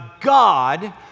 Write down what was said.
God